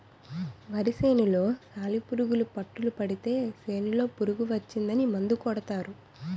వరి సేనులో సాలిపురుగు పట్టులు పడితే సేనులో పురుగు వచ్చిందని మందు కొడతారు